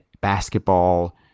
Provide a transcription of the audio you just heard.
basketball